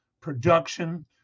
production